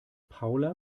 paula